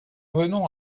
venons